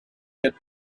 get